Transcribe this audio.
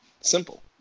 Simple